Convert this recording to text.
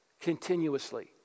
continuously